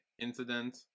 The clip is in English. incident